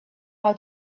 how